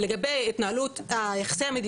ולכן אם אתם נתקלים במצב שבו אין נימוק לחשיפה,